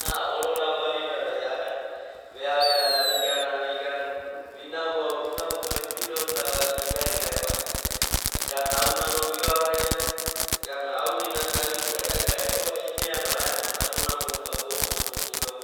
A’a oroda badida, vea, vea da vigana vigana vidu bai da, vinau ao vinaumai, ibi donda va a’anana ai igaegae, gana an nano vivaia auri na ka vi ko rea, o ai imia do nagu naka bo’o bo’o nana